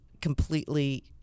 completely